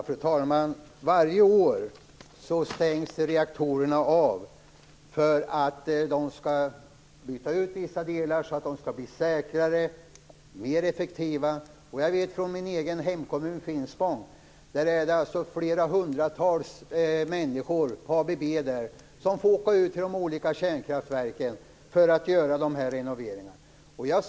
Fru talman! Varje år stängs reaktorerna av för att man skall byta ut vissa delar så att de skall bli säkrare och mer effektiva. Jag vet från min egen hemkommun Finspång att flera hundratals människor på ABB får åka ut till de olika kärnkraftverken för att göra dessa renoveringar.